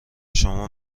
شما